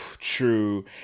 true